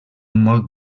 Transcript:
molt